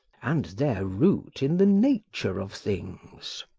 and their root in the nature of things.